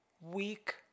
week